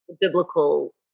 biblical